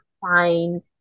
find